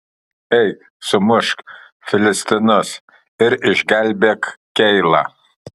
eik sumušk filistinus ir išgelbėk keilą